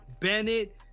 bennett